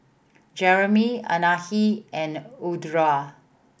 Jereme Anahi and Audra